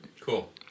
Cool